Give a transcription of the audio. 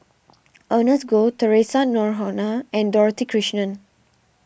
Ernest Goh theresa Noronha and Dorothy Krishnan